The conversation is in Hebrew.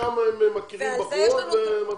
לאוניברסיטה ושם הם מכירים בחורות וממשיכים הלאה.